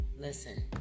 listen